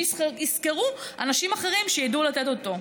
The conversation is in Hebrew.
שישכרו אנשים אחרים שידעו לתת אותו.